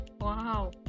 Wow